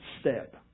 step